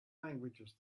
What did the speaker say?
languages